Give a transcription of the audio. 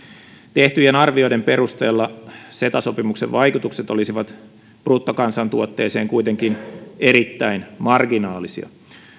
tehtyjen arvioiden perusteella ceta sopimuksen vaikutukset bruttokansantuotteeseen olisivat kuitenkin erittäin marginaalisia